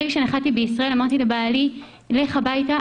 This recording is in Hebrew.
ברגע שנחתי בישראל אמרתי לבעלי: לך הביתה,